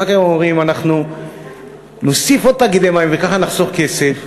אחר כך הם אומרים: אנחנו נוסיף עוד תאגידי מים וככה נחסוך כסף.